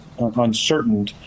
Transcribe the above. uncertain